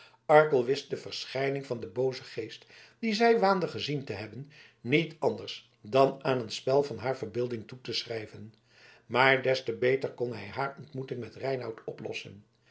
arkel wist de verschijning van den boozen geest dien zij waande gezien te hebben niet anders dan aan een spel van haar verbeelding toe te schrijven maar des te beter kon hij haar ontmoeting met reinout oplossen